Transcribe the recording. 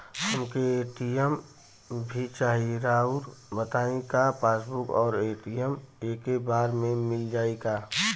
हमके ए.टी.एम भी चाही राउर बताई का पासबुक और ए.टी.एम एके बार में मील जाई का?